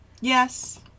yes